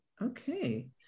Okay